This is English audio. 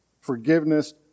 Forgiveness